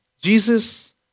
Jesus